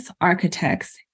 architects